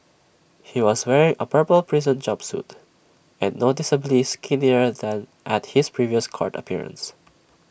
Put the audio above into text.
he was wearing A purple prison jumpsuit and noticeably skinnier than at his previous court appearance